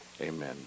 amen